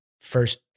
first